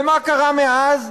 ומה קרה מאז?